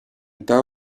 età